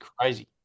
crazy